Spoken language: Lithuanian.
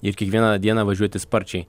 ir kiekvieną dieną važiuoti sparčiai